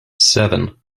seven